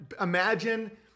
imagine